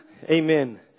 amen